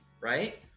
right